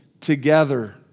together